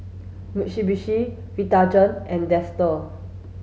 Mitsubishi Vitagen and Dester